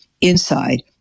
inside